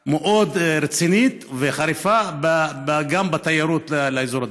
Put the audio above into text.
מאוד רצינית וחריפה גם בתיירות באזור הדרום.